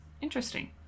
Interesting